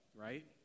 right